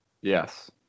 Yes